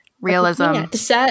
Realism